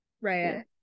right